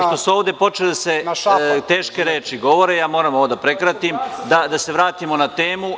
Pošto su ovde počele teške reči da se govore, ja moram ovo da prekratim i da se vratimo na temu.